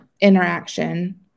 interaction